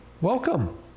Welcome